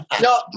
No